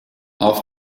auf